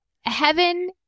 heaven